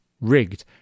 Rigged